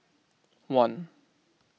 one